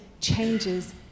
changes